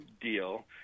deal